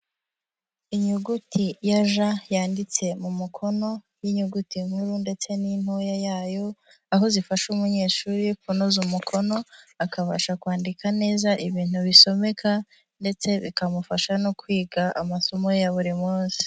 Inyuguti ya J yanditse mu mukono y'inyuguti nkuru ndetse n'intoya yayo, aho zifasha umunyeshuri kunoza umukono, akabasha kwandika neza ibintu bisomeka ndetse bikamufasha no kwiga amasomo ya buri munsi.